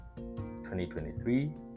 2023